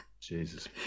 Jesus